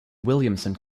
williamson